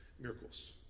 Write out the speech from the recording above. miracles